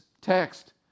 text